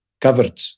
covered